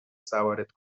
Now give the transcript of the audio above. سوارت